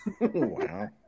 wow